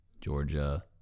Georgia